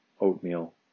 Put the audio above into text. oatmeal